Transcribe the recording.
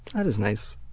that is nice.